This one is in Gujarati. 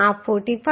આ 45